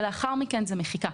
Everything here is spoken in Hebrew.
ולאחר מכן מחיקה.